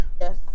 Yes